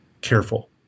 careful